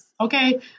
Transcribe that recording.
okay